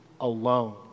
alone